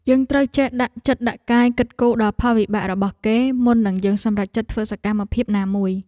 យើងត្រូវចេះដាក់ចិត្តដាក់កាយគិតគូរដល់ផលវិបាករបស់គេមុននឹងយើងសម្រេចចិត្តធ្វើសកម្មភាពណាមួយ។